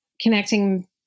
connecting